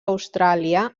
austràlia